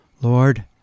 Lord